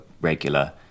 regular